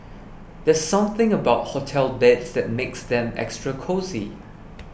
there something about hotel beds that makes them extra cosy